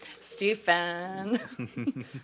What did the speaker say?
Stephen